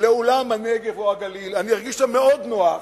לאולם "נגב" או "גליל", אני ארגיש שם מאוד נוח.